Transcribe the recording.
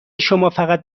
شمافقط